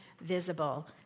visible